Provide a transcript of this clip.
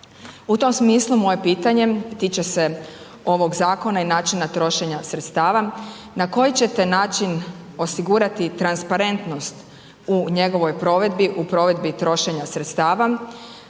U tom smislu, moje pitanje tiče se ovog zakona i načina trošenja sredstava na koji ćete način osigurati transparentnost u njegovoj provedbi, u provedbi trošenja sredstava